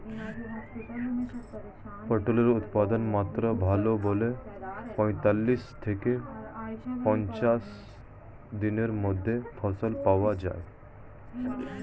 পটলের উৎপাদনমাত্রা ভালো বলে পঁয়তাল্লিশ থেকে পঞ্চাশ দিনের মধ্যে ফসল পাওয়া যায়